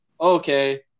okay